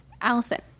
Allison